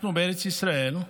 אנחנו בארץ ישראל,